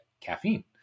caffeine